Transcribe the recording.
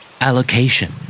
Allocation